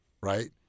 right